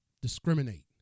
discriminate